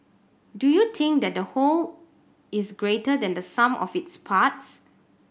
do you think that the whole is greater than the sum of its parts